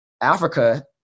Africa